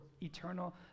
eternal